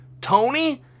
Tony